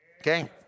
Okay